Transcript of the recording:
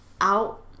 out